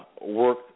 work